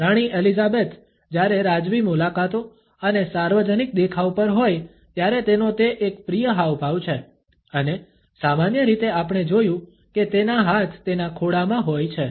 રાણી Elizabeth જ્યારે રાજવી મુલાકાતો અને સાર્વજનિક દેખાવ પર હોય ત્યારે તેનો તે એક પ્રિય હાવભાવ છે અને સામાન્ય રીતે આપણે જોયું કે તેના હાથ તેના ખોળામાં હોય છે